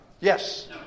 Yes